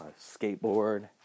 skateboard